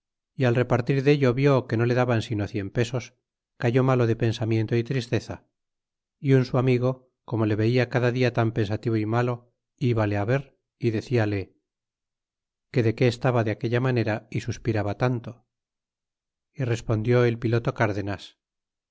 y al repartir dello vió que no le daban sino cien pesos cayó malo de pensamiento y tristeza y un su amigo como le veia cada dia tan pensativo y malo ibale ver y decíale que de qué estaba de aquella manera y suspiraba tanto y respondió el piloto cárdenas